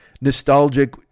nostalgic